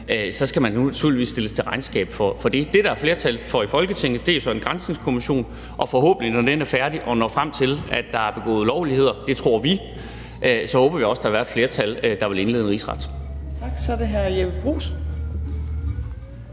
skal man naturligvis stilles til regnskab for det. Det, der er flertal for i Folketinget, er jo så en granskningskommission, og forhåbentlig, når den er færdig og når frem til, at der er begået ulovligheder – det tror vi – vil der være et flertal, der vil indlede en rigsretssag. Det håber vi.